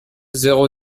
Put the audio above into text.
zéro